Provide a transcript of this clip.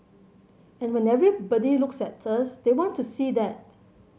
and when everybody looks at us they want to see that